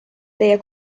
teie